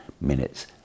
minute's